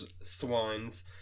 swines